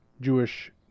Jewish